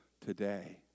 today